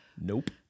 nope